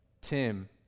Tim